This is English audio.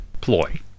ploy